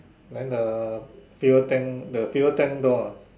then the fuel tank the fuel tank door ah